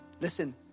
Listen